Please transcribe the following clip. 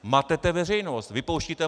Matete veřejnost, vypouštíte mlhu.